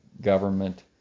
government